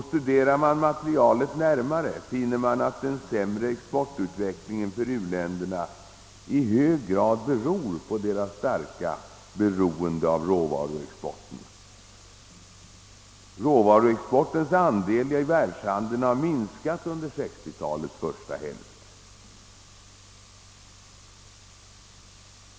Studerar man materialet närmare finner man att den sämre exportutvecklingen för u-länderna i hög grad sammanhänger med deras starka beroende av råvaruexporten. Dess andel i världshandeln har minskat under 1960-talets första hälft.